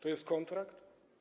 To jest kontrakt?